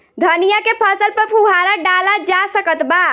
धनिया के फसल पर फुहारा डाला जा सकत बा?